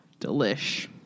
Delish